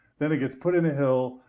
then it gets put in a hill,